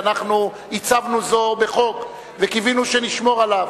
והצבנו זאת בחוק וקיווינו שנשמור עליו.